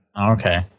Okay